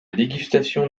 dégustation